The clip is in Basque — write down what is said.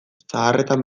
zaharretan